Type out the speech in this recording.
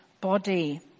body